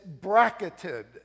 bracketed